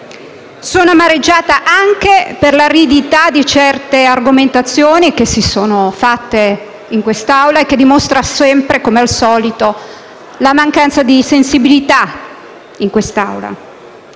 sono amareggiata anche per l'aridità di certe argomentazioni che sono state fatte, che dimostrano, come al solito, la mancanza di sensibilità in quest'Assemblea.